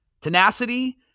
tenacity